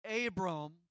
Abram